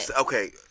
okay